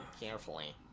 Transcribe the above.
carefully